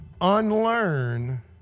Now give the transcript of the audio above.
unlearn